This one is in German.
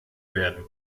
werden